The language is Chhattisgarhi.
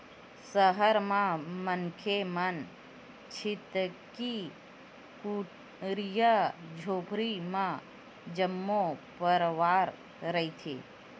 सहर म मनखे मन छितकी कुरिया झोपड़ी म जम्मो परवार रहिथे